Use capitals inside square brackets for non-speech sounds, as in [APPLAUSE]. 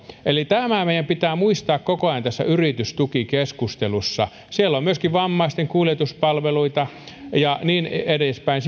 eli tämä meidän pitää muistaa koko ajan tässä yritystukikeskustelussa siellä yritystukilistan alla on myöskin vammaisten kuljetuspalveluita ja niin edespäin [UNINTELLIGIBLE]